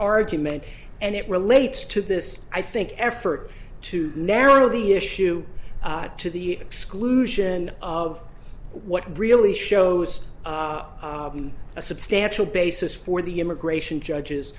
argument and it relates to this i think effort to narrow the issue to the exclusion of what really shows a substantial basis for the immigration judges